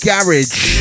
Garage